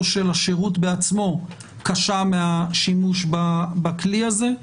של השירות בעצמו קשה מהשימוש בכלי הזה.